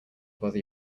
bother